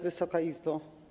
Wysoka Izbo!